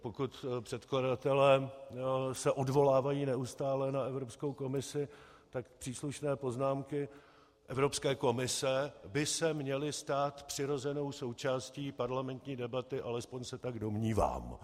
Pokud se předkladatelé odvolávají neustále na Evropskou komisi, tak příslušné poznámky Evropské komise by se měly stát přirozenou součástí parlamentní debaty alespoň se tak domnívám.